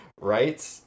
Right